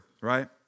right